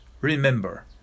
remember